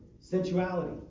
sensuality